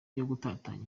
gutatanya